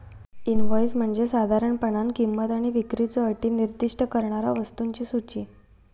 invoice म्हणजे साधारणपणान किंमत आणि विक्रीच्यो अटी निर्दिष्ट करणारा वस्तूंची सूची